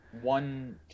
one